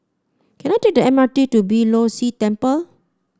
can I take the M R T to Beeh Low See Temple